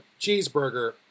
cheeseburger